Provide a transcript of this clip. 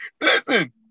Listen